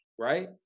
right